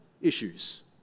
issues